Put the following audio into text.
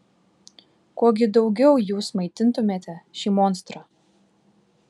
kuo gi daugiau jūs maitintumėte šį monstrą